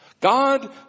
God